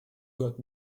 got